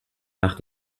nach